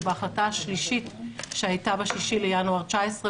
בהחלטה השלישית שהתקבלה ב-6 בינואר 2019,